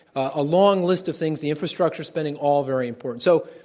a long list of things, the infrastructure spending, all very important. so,